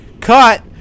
Cut